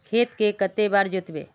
खेत के कते बार जोतबे?